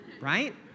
right